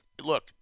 look